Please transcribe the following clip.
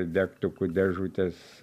degtukų dėžutės